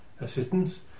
assistance